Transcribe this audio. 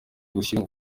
gushyira